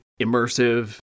immersive